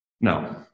No